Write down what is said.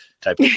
type